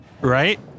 right